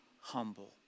humble